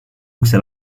ukse